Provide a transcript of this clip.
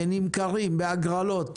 נמכרים בהגרלות